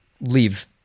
leave